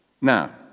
Now